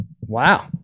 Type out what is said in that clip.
Wow